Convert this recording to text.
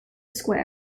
square